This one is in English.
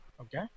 Okay